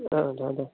ꯑꯥ ꯊꯝꯃꯦ ꯊꯝꯃꯦ